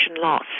loss